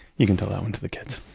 you can tell that one to the kids